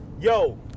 Yo